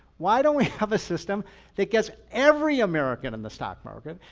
why don't we have a system that gets every american in the stock market.